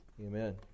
Amen